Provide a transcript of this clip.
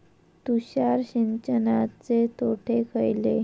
तुषार सिंचनाचे तोटे खयले?